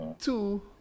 two